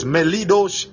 Melidos